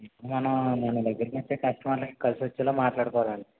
మనం మన దగ్గరకి వచ్చే కస్టమర్ లకి కలిసి వచ్చేలా మాట్లాడుకోవాలి అండి